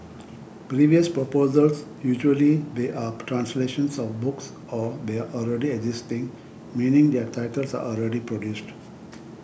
previous proposals usually they are translations of books or they are already existing meaning their titles are already produced